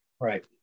Right